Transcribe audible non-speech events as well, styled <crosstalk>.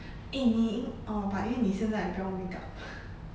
eh 你 oh but 因为你现在也不用 makeup <breath>